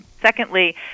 Secondly